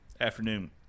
afternoon